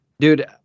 dude